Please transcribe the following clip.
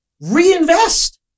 Reinvest